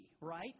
right